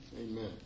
Amen